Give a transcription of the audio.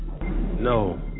No